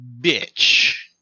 Bitch